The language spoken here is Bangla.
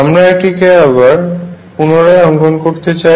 আমরা এটিকে আবার পুনরায় অংকন করতে চাই